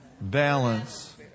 balance